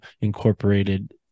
incorporated